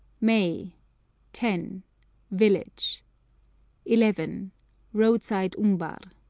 may ten village eleven roadside umbar